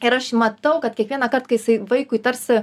ir aš jį matau kad kiekvienąkart kai jisai vaikui tarsi